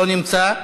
לא נמצא.